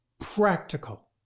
practical